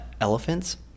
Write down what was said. elephants